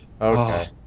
Okay